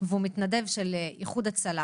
הוא מתנדב של איחוד הצלה,